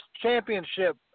Championship